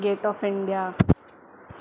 gate of India